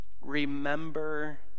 Remember